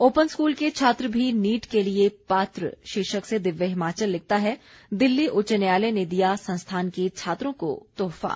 open school के छात्र भी नीट के लिये पात्र शीर्षक से दिव्य हिमाचल लिखता है दिल्ली उच्च न्यायालय ने दिया संस्थान के छात्रों को तोहफा